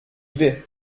vais